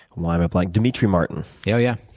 why am i blanking dimitri martin. yeah oh, yeah.